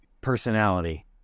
personality